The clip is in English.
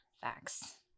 Facts